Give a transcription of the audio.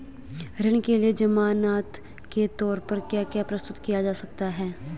ऋण के लिए ज़मानात के तोर पर क्या क्या प्रस्तुत किया जा सकता है?